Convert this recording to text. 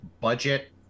budget